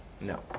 No